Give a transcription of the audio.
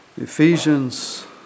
Ephesians